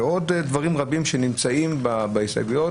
ועוד דברים רבים שנמצאים בהסתייגויות